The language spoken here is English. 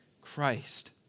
Christ